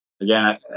Again